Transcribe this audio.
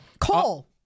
Cole